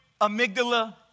amygdala